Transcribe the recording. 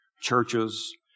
churches